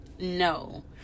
No